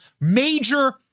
major